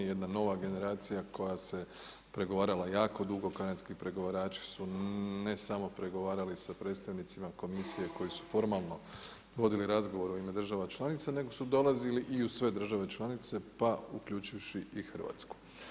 Jedna nova generacija koja se pregovarala jako dugo, kanadski pregovarači, ne samo pregovarali sa predstavnicima komisije koji su formalno vodili razgovore oko država članicama, nego su dolazili i sve države članice pa i uključivši i Hrvatsku.